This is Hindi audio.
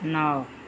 नौ